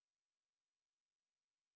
ya